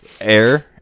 Air